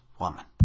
woman